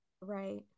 right